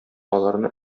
аларны